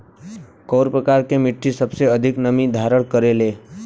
कउन प्रकार के मिट्टी सबसे अधिक नमी धारण करे ले?